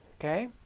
okay